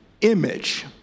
image